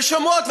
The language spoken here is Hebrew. ונשמרות.